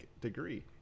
degree